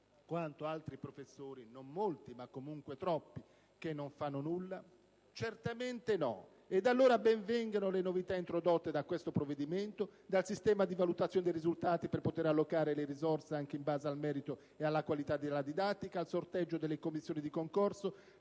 quanto altri professori (non molti, ma comunque troppi) che non fanno nulla? Certamente no. Ed allora ben vengano le novità introdotte da questo provvedimento: dal sistema di valutazione dei risultati per poter allocare le risorse anche in base al merito e alla qualità della didattica al sorteggio delle commissioni di concorso;